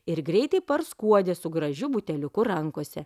ir greitai skuodė su gražiu buteliuku rankose